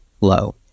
low